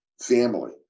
family